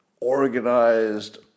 organized